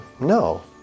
no